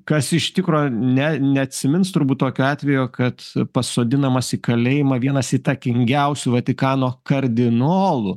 kas iš tikro ne neatsimins turbūt tokio atvejo kad pasodinamas į kalėjimą vienas įtakingiausių vatikano kardinolų